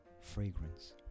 fragrance